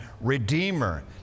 redeemer